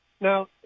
Now